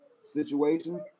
situation